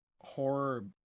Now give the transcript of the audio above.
horror